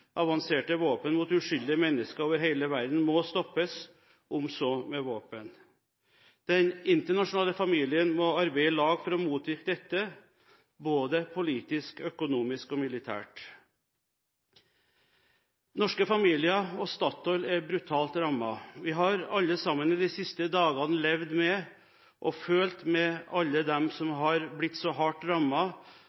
avanserte våpen mot uskyldige mennesker over hele verden, må stoppes om så med våpen. Den internasjonale familien må arbeide i lag for å motarbeide dette både politisk, økonomisk og militært. Norske familier og Statoil er brutalt rammet. Vi har alle sammen i de siste dagene levd med og følt med alle dem som